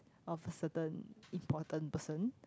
of a certain important person